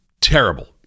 terrible